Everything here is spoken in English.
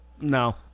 No